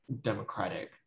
Democratic